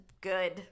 good